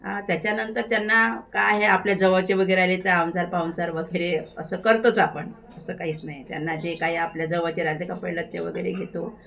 त्याच्यानंतर त्यांना काय आहे आपल्या जवळचे वगैरे आले तर आमचा पाहुणचार वगैरे असं करतोच आपण असं काहीच नाही त्यांना जे काही आपल्या जवळचे राहते का पडला ते वगैरे घेतो